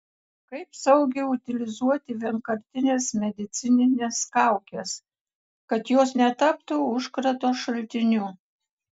kaip saugiai utilizuoti vienkartines medicinines kaukes kad jos netaptų užkrato šaltiniu